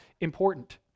important